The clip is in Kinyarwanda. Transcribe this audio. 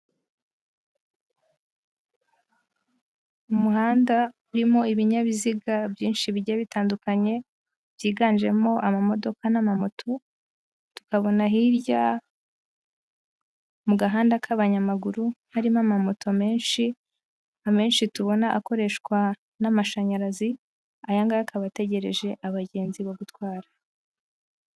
Umuhanda urimo ibinyabiziga byinshi bigiye bitandukanye byiganjemo amamodoka n'amamoto, tukabona hirya mu gahanda k'abanyamaguru harimo amamoto menshi, amenshi tubona akoreshwa n'amashanyarazi, aya ngaya akaba ategereje abagenzi bo gutwara.